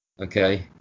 Okay